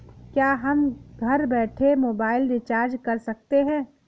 क्या हम घर बैठे मोबाइल रिचार्ज कर सकते हैं?